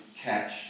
catch